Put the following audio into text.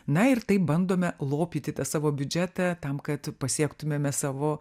na ir taip bandome lopyti tą savo biudžetą tam kad pasiektumėme savo